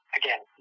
again